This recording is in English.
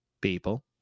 people